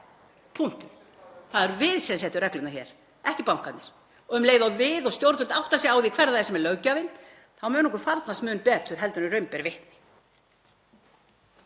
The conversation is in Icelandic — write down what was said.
punktur. Það erum við sem setjum reglurnar hér, ekki bankarnir. Um leið og við og stjórnvöld áttum okkur á því hver það er sem er löggjafinn, þá mun okkur farnast mun betur heldur en raun ber vitni.